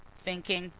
thinking,